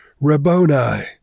Rabboni